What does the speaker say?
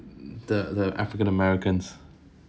the the african americans